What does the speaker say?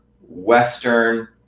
western